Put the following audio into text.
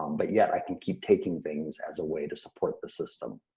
um but yet i can keep taking things as a way to support the system.